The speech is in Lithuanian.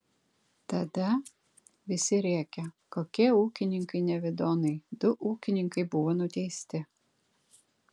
tada visi rėkė kokie ūkininkai nevidonai du ūkininkai buvo nuteisti